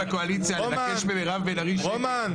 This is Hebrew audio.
רומן,